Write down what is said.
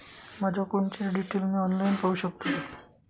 माझ्या अकाउंटचे डिटेल्स मी ऑनलाईन पाहू शकतो का?